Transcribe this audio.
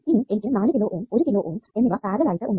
ഇനി എനിക്ക് നാല് കിലോ ഓം ഒരു കിലോ ഓം എന്നിവ പാരലൽ ആയിട്ട് ഉണ്ട്